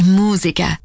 musica